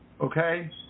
okay